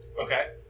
Okay